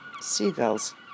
Seagulls